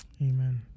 Amen